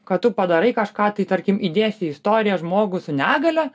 kad tu padarai kažką tai tarkim įdėsiu į istoriją žmogų su negalia